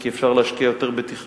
כי אפשר להשקיע יותר בתכנון,